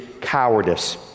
cowardice